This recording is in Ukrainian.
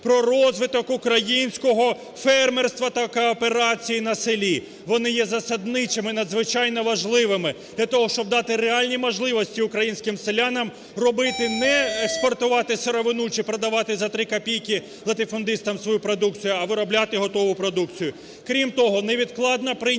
про розвиток українського фермерства та кооперації на селі. Вони є засадничими, надзвичайно важливими для того, щоб дати реальні можливості українським селянам робити не експортувати сировину чи продавати за 3 копійки латифундистам свою продукцію, а виробляти готову продукцію. Крім того, невідкладно прийняти